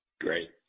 Great